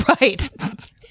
Right